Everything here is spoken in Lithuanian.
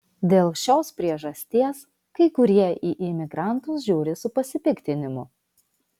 dėl šios priežasties kai kurie į imigrantus žiūri su pasipiktinimu